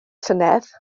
llynedd